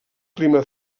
clima